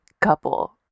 couple